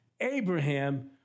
Abraham